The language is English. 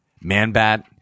Man-Bat